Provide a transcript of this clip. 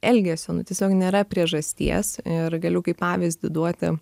elgesio nu tiesiog nėra priežasties ir galiu kaip pavyzdį duoti